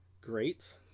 great